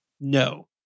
No